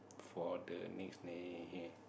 for the next ne~